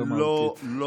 לא מהותית.